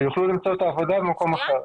שיוכלו למצוא עבודה במקום אחר.